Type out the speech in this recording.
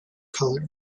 color